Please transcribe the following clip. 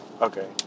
okay